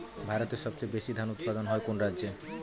ভারতের সবচেয়ে বেশী ধান উৎপাদন হয় কোন রাজ্যে?